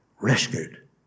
rescued